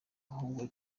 ahubwo